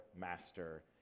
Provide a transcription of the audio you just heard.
master